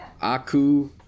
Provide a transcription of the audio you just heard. Aku